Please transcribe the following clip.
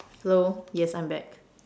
hello yes I'm back